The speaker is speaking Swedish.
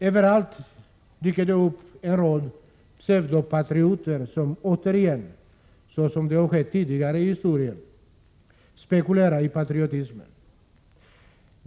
Överallt dyker det upp en rad pseudopatrioter, som återigen, såsom har skett tidigare i historien, spekulerar i patriotismen.